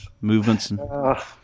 movements